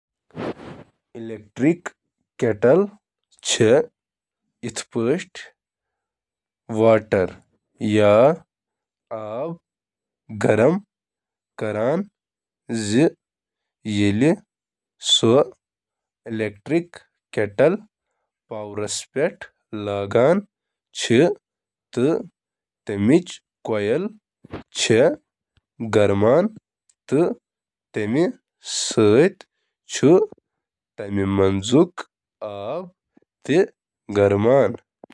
پرتھ کیٹلس اندر چُھ اکھ میٹل کوائل۔ برقی توانٲئی چِھ کوئل کہِ ذریعہِ سفر کران، گرمی منز تبدیل گژھان تہٕ اتھ اندر چُھ سرد آب گرم کران۔